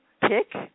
pick